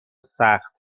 سخت